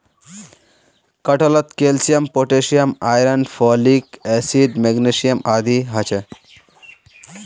कटहलत calcium potassium iron folic acid magnesium आदि ह छे